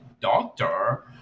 doctor